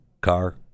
car